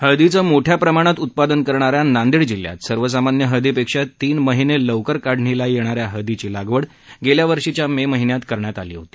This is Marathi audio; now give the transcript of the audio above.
हळदीचं मोठ्या प्रमाणात उत्पादन करणा या नांदेड जिल्ह्यात सर्वसामान्य हळदीपेक्षा तीन महिने लवकर काढणीला येणा या हळदीची लागवड गेल्या वर्षीच्या मे महिन्यात करण्यात आली होती